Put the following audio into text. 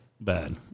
bad